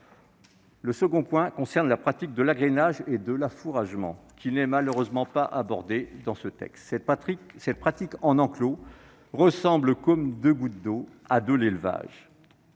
Le second point concerne la pratique dite « de l'agrainage et de l'affouragement », qui n'est malheureusement pas abordée dans ce texte. Cette pratique en enclos ressemble comme deux gouttes d'eau à de l'élevage.